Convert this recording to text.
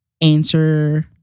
answer